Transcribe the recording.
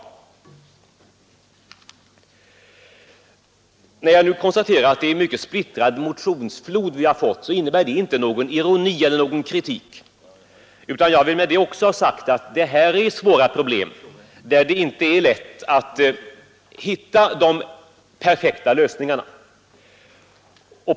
Mitt konstaterande av att vi har fått en mycket splittrad motionsflod i detta ärende innebär inte någon ironi eller någon kritik utan jag vill med detta också ha sagt att det gäller svåra problem, där det inte är lätt att hitta de perfekta lösningarna.